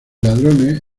ladrones